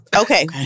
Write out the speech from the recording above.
Okay